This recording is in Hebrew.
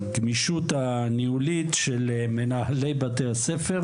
הגמישות הניהולית של מנהלי בתי הספר,